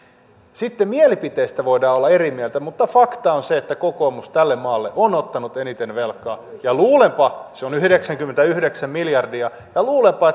mielipiteistä voidaan sitten olla eri mieltä mutta faktaa on se että kokoomus on tälle maalle ottanut eniten velkaa ja luulenpa se on yhdeksänkymmentäyhdeksän miljardia ja luulenpa